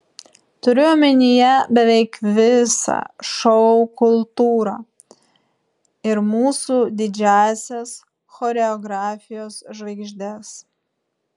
turiu omenyje beveik visą šou kultūrą ir mūsų didžiąsias choreografijos žvaigždes